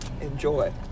Enjoy